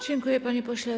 Dziękuję, panie pośle.